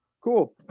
cool